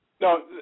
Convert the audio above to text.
No